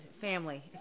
family